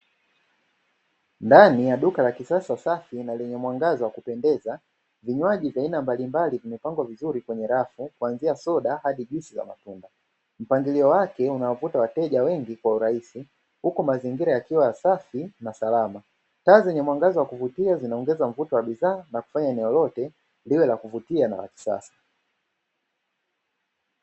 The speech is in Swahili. Ndani ya duka la kisasa safi na lenye mwangaza wa kupendeza vinywaji vya aina mbalimbali vimepangwa vizuri kwenye rafu, kuanzia soda hadi juisi za matunda. Mpangilio wake unawavuta wateja wengi kwa urahisi huku mazingira yakiwa ya safi na salama, taa zenye mwangaza wa kuvutia zinaongeza mvuto wa bidhaa na kufanya eneo lote liwe la kuvutia na la kisasa.